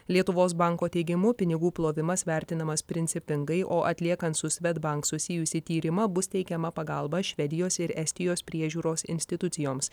lietuvos banko teigimu pinigų plovimas vertinamas principingai o atliekant su svedbank susijusį tyrimą bus teikiama pagalba švedijos ir estijos priežiūros institucijoms